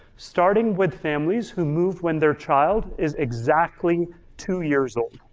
starting with families who moved when their child is exactly two years old.